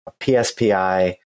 PSPI